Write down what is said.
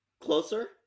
closer